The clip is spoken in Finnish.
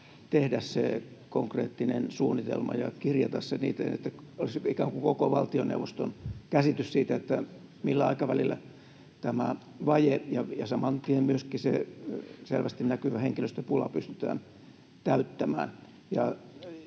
tehdä se konkreettinen suunnitelma ja kirjata se niin, että olisi ikään kuin koko valtioneuvoston käsitys siitä, millä aikavälillä tämä vaje ja saman tien myöskin se selvästi näkyvä henkilöstöpula pystytään täyttämään.